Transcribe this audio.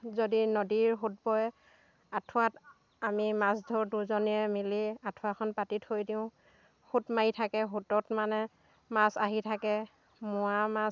যদি নদীৰ সোঁত বয় আঠুৱাত আমি মাছ ধৰোঁ দুজনীয়ে মিলি আঠুৱাখন পাতি থৈ দিওঁ সোঁত মাৰি থাকে সোঁতত মানে মাছ আহি থাকে মোৱা মাছ